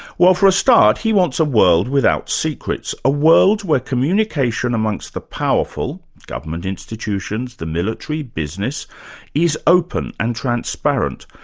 well for a start, he wants a world without secrets, a world where communication amongst the powerful government institutions, the military, business is open and transparent,